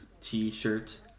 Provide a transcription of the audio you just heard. T-shirt